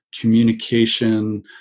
communication